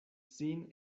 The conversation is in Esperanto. sin